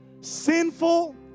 sinful